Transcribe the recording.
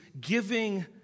giving